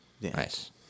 Nice